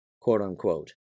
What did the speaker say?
quote-unquote